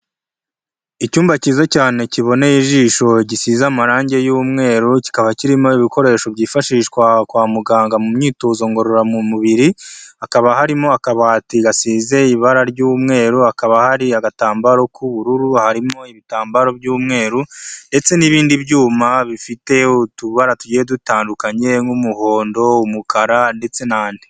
Icyumba cyiza cyane kiboneye ijisho gisize amarangi y'umweru kikaba kirimo ibikoresho byifashishwa kwa muganga mu myitozo ngororamubiri, hakaba harimo akabati gasize ibara ry'umweru, hakaba hari agatambaro k'ubururu, harimo ibitambaro by'umweru, ndetse n'ibindi byuma bifite utubara tugiye dutandukanye, nk'umuhondo, umukara ndetse n'andi.